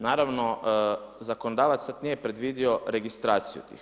Naravno, zakonodavac sad nije predvidio registraciju tih.